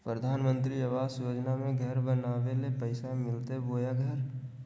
प्रधानमंत्री आवास योजना में घर बनावे ले पैसा मिलते बोया घर?